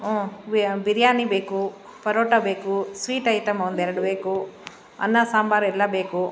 ಹ್ಞೂ ಬಿರಿಯಾನಿ ಬೇಕು ಪರೋಟ ಬೇಕು ಸ್ವೀಟ್ ಐಟಮ್ ಒಂದೆರಡು ಬೇಕು ಅನ್ನ ಸಾಂಬಾರು ಎಲ್ಲ ಬೇಕು